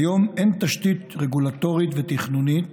כיום אין תשתית רגולטורית ותכנונית